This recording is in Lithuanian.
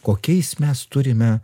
kokiais mes turime